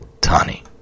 Tani